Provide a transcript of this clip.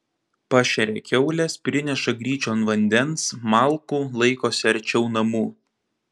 pašeria kiaules prineša gryčion vandens malkų laikosi arčiau namų